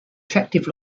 attractive